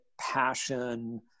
passion